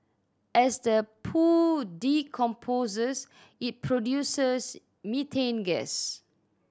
as the poo decomposes it produces methane gas